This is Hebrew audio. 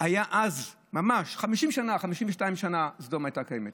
היה אז ממש, 50 שנה, 52 שנה סדום הייתה קיימת.